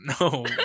no